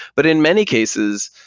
but in many cases,